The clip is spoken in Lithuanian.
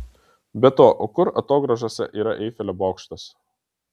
be to o kur atogrąžose yra eifelio bokštas